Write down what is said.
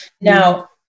Now